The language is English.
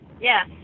Yes